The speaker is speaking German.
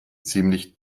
ziemlich